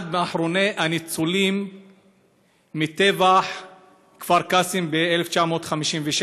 אחד מאחרוני הניצולים מטבח כפר קאסם ב-1956